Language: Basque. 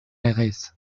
legez